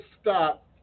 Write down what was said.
stop